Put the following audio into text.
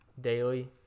daily